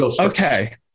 Okay